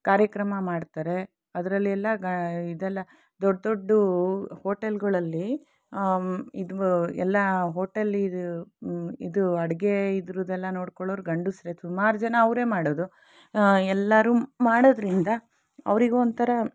ಕಾರ್ಯಕ್ರಮ ಮಾಡ್ತಾರೆ ಅದರಲ್ಲೆಲ್ಲ ಗ ಇದೆಲ್ಲ ದೊಡ್ಡ ದೊಡ್ಡ ಹೋಟೆಲ್ಗಳಲ್ಲಿ ಇದು ಎಲ್ಲ ಹೋಟೆಲ್ಲಿದ ಇದು ಅಡಿಗೆ ಇದ್ರದೆಲ್ಲ ನೋಡ್ಕೊಳ್ಳೋರು ಗಂಡಸರೇ ಸುಮಾರು ಜನ ಅವರೇ ಮಾಡೋದು ಎಲ್ಲರೂ ಮಾಡೋದ್ರಿಂದ ಅವರಿಗೂ ಒಂಥರ